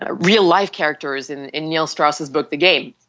ah real life characters in in neil strauss's book, the game.